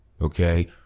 okay